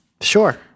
Sure